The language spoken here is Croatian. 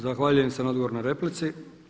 Zahvaljujem se na odgovoru na repliku.